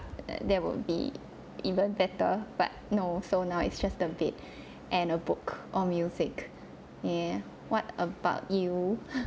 that will be even better but no so now it's just a bed and a book or music yeah what about you